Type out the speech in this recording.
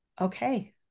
okay